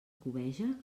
cobeja